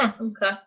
Okay